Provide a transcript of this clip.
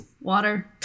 water